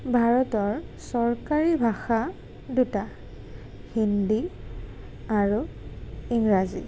ভাৰতৰ চৰকাৰী ভাষা দুটা হিন্দী আৰু ইংৰাজী